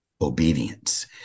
obedience